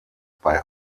bei